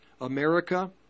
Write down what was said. America